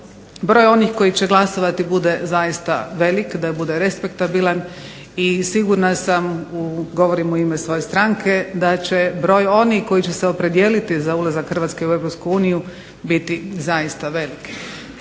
broj onih koji će glasovati bude zaista velik, da bude respektabilan. I sigurna sam, govorim u ime svoje stranke, da će broj onih koji će se opredijeliti za ulazak Hrvatske u EU biti zaista velik.